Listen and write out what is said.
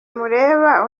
mureba